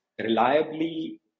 reliably